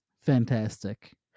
fantastic